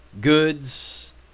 goods